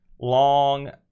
long